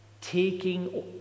taking